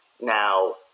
Now